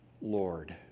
Lord